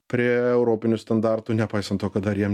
prie europinių standartų nepaisant to kad dar jiem